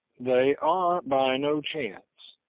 they are, by no chance,